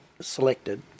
selected